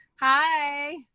hi